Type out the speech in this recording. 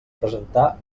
presentar